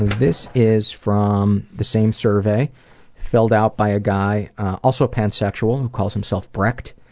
this is from the same survey filled out by a guy, also transsexual, who calls himself braked.